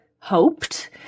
hoped